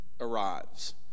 arrives